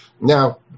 Now